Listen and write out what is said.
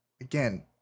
again